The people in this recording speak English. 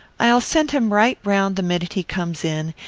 i'll send him right round the minute he comes in,